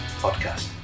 Podcast